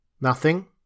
Nothing